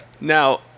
now